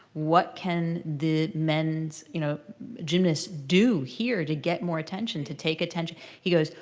what can the men's you know gymnasts do, here, to get more attention, to take attention? he goes,